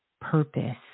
purpose